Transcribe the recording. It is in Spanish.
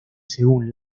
según